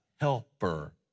helper